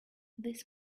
this